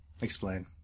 Explain